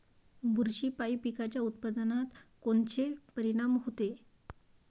बुरशीपायी पिकाच्या उत्पादनात कोनचे परीनाम होते?